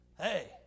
hey